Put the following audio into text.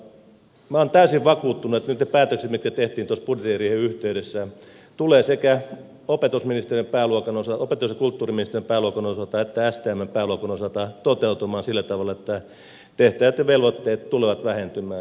minä olen täysin vakuuttunut että nyt ne päätökset mitkä tehtiin budjettiriihen yhteydessä tulevat sekä opetus ja kulttuuriministeriön pääluokan osalta että stmn pääluokan osalta toteutumaan sillä tavalla että tehtävät ja velvoitteet tulevat vähentymään